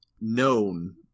known